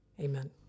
Amen